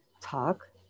talk